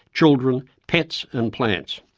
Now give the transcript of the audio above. children, pets and plants.